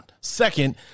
Second